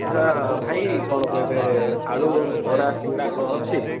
ସେ ଭାଇ କ'ଣ କହିବେ ଆଳୁ ବରା ସିଙ୍ଗଡ଼ା କ'ଣ ଅଛି